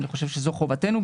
אני חושב שזו חובתנו.